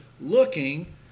looking